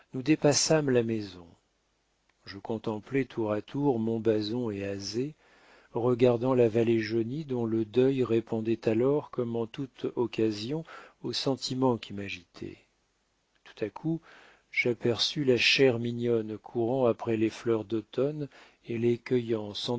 dépassâmes la maison je contemplai tour à tour montbazon et azay regardant la vallée jaunie dont le deuil répondait alors comme en toute occasion aux sentiments qui m'agitaient tout à coup j'aperçus la chère mignonne courant après les fleurs d'automne et les cueillant